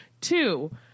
Two